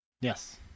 Yes